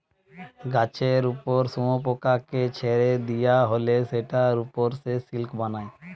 গাছের উপর শুয়োপোকাকে ছেড়ে দিয়া হলে সেটার উপর সে সিল্ক বানায়